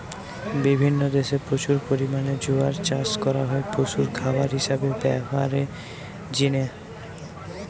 বিভিন্ন দেশে প্রচুর পরিমাণে জোয়ার চাষ করা হয় পশুর খাবার হিসাবে ব্যভারের জিনে